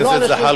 זה לא אנשים,